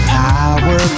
power